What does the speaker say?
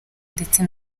ndetse